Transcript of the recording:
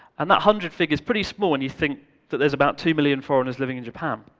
and that hundred figure is pretty small when you think that there's about two million foreigners living in japan.